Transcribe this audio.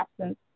absence